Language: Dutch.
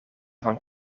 van